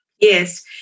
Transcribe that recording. Yes